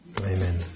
Amen